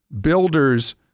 builders